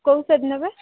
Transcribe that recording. କେଉଁ ସେଟ୍ ନେବେ